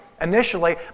initially